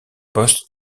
poste